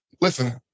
listen